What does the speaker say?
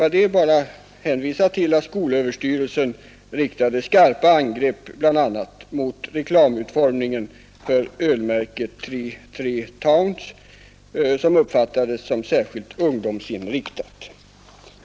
Jag vill bara hänvisa till att skolöverstyrelsen riktade skarpa angrepp bl.a. mot reklamutformningen för ölmärket Three Towns, som uppfattades såsom särskilt ungdomsinriktat.